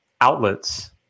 outlets